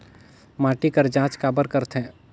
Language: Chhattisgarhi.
माटी कर जांच काबर करथे?